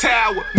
Tower